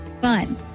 fun